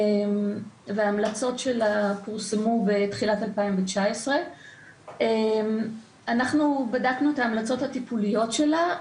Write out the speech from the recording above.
וההמלצות שלה פורסמו בתחילת 2019. אנחנו בדקנו את ההמלצות הטיפוליות שלה.